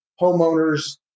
homeowners